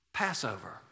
passover